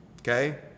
okay